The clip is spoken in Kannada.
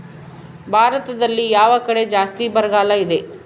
ಭಾರತದಲ್ಲಿ ಯಾವ ಕಡೆ ಜಾಸ್ತಿ ಬರಗಾಲ ಇದೆ?